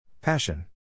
Passion